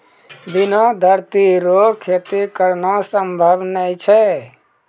बिना धरती रो खेती करना संभव नै छै